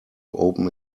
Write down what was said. open